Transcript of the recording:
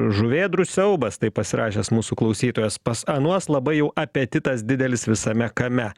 žuvėdrų siaubas taip pasirašęs mūsų klausytojas pas anuos labai jau apetitas didelis visame kame